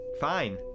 Fine